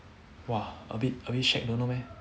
!wah! a bit don't know eh